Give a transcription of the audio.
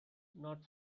not